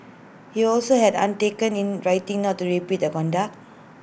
he also had undertake in writing not to repeat the conduct